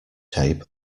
tape